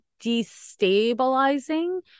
destabilizing